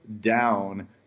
down